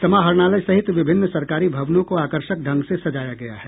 समाहरणालय सहित विभिन्न सरकारी भवनों को आकर्षक ढंग से सजाया गया है